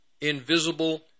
invisible